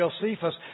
Josephus